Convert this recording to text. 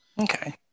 Okay